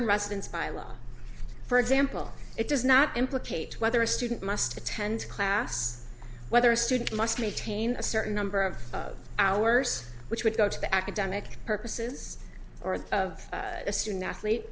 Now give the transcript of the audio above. residence by law for example it does not implicate whether a student must attend class whether a student must maintain a certain number of hours which would go to the academic purposes or of a student athlete